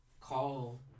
call